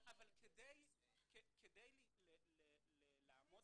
כדי לעמוד